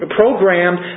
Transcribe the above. programmed